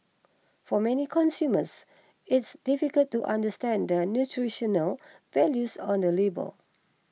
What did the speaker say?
for many consumers it's difficult to understand the nutritional values on the label